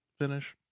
finish